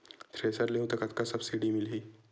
Thresher लेहूं त कतका सब्सिडी मिलही?